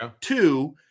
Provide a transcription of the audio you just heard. two